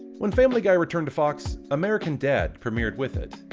when family guy returned to fox, american dad! premiered with it.